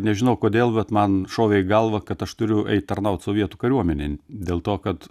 nežinau kodėl bet man šovė į galvą kad aš turiu eit tarnaut sovietų kariuomenėn dėl to kad